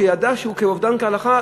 שידעה שהוא אובדן להלכה,